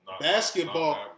basketball